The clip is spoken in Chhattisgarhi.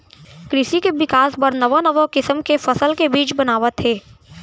कृसि के बिकास बर नवा नवा किसम के फसल के बीज बनावत हें